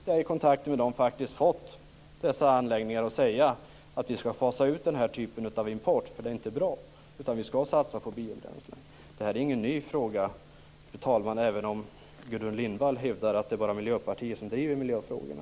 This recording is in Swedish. Jag har i kontakter med personer vid dessa anläggningar fått dem att säga att de skall fasa ut den här typen av import, för den är inte bra. Man skall satsa på biobränslen. Det här är ingen ny fråga, fru talman, även om Gudrun Lindvall hävdar att det bara är Miljöpartiet som driver miljöfrågorna.